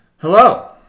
Hello